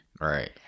Right